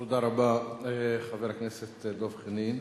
תודה רבה, חבר הכנסת דב חנין.